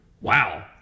Wow